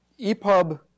EPUB